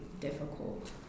difficult